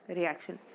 reaction